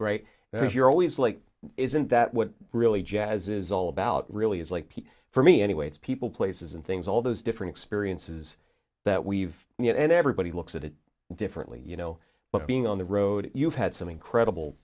right now you're always like isn't that what really jazz is all about really is like pete for me anyway it's people places and things all those different experiences that we've got and everybody looks at it differently you know but being on the road you've had some incredible